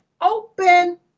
open